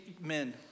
men